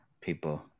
people